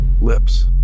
Lips